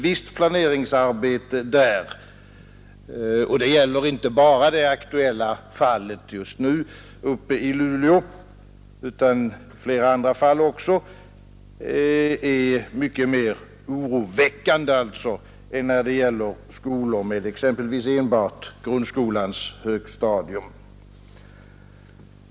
Visst planeringsarbete där — det gäller inte bara det just nu högaktuella fallet uppe i Luleå utan även flera andra fall — är mycket mer oroväckande än när det gäller skolor med exempelvis enbart grundskolans högstadier.